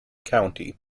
county